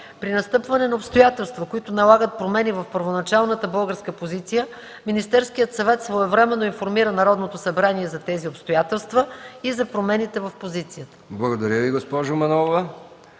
При настъпване на обстоятелства, които налагат промени в първоначалната българска позиция, Министерският съвет своевременно информира Народното събрание за тези обстоятелства и за промените в позицията.”